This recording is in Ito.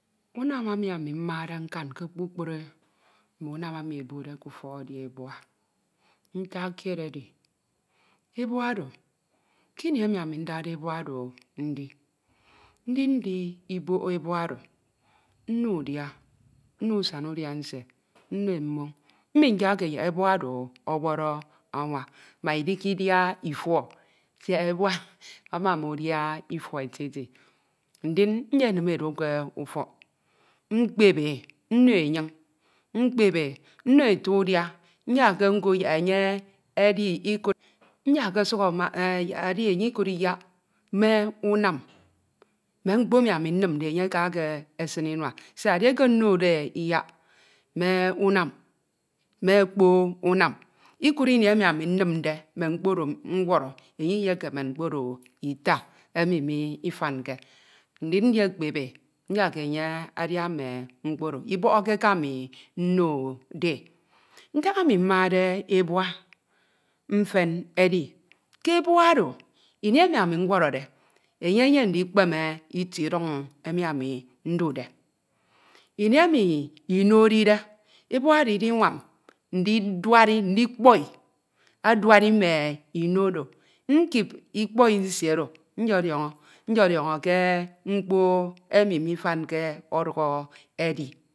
Unam emi ami mmade nkan ke kpukpru mme unam emi ebokde k'ufọk edi ebua ntak kied edi ebua odo kini emi ami ndade ebua oro ndi ndindi bok ebua oro nno e udia nno e usan udia nsie nno e mmoñ mminyakke yak ebua oro ọwọrọ anwa mbak idiki dia ifuọ siak ebua amama udia ifuọ eti eti ndin nyenim e do ke ufọk mkpep e nno e enyiñ mkpep e nno ati udia nyakke nko yak enye ikud nyakke sukhọ yak edi enye ikud iyak me unam me mkpo emi ami nnimde enye aka eksin inua siak edieke nnode e iyak me unam me okpo unam ikud ini emi ami nnimde mme mkpo oro ñwọrọ enye iyekemen mme mkpo oro ita emi mifanke ndin nyekpep e nyakke enye adia mme mkpo oro ibọhọke eke ami nnode e ntak emi ami mmade ebua mfen edi ke ebua oro ini emi ami ñwọrọde enye eyene ndikpemem itie iduñ emi ami ndude ini emi ino edide ebua oro idinwam ndiduari ndikpọi aduari mme ino oro nkip ikpọi nsie oro nyediọñọ nyediọnọ ke mkpo emi mifanke ọduk edi